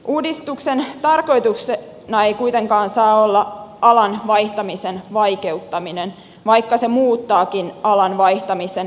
uudistuksen tarkoituksena ei kuitenkaan saa olla alan vaihtamisen vaikeuttaminen vaikka se muuttaakin alan vaihtamisen tapaa